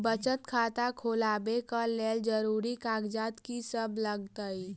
बचत खाता खोलाबै कऽ लेल जरूरी कागजात की सब लगतइ?